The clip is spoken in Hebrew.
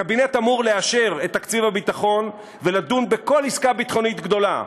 הקבינט אמור לאשר את תקציב הביטחון ולדון בכל עסקה ביטחונית גדולה,